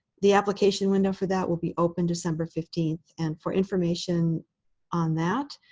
the application window for that will be open december fifteen. and for information on that,